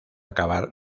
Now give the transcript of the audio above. acabar